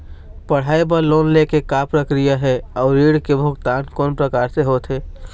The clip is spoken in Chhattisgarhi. पढ़ई बर लोन ले के का प्रक्रिया हे, अउ ऋण के भुगतान कोन प्रकार से होथे?